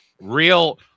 Real